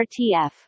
RTF